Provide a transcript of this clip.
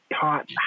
taught